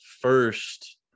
first